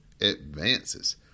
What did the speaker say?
advances